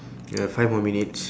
we have five more minutes